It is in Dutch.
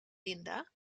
linda